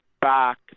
back